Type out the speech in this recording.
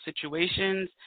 situations